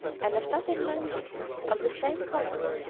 and a satin mantle of the same colour